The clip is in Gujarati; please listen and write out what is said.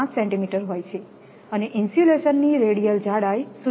5 સેન્ટીમીટર હોય છે અને ઇન્સ્યુલેશનની રેડિયલ જાડાઈ 0